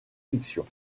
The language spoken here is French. fiction